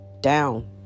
down